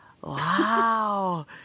Wow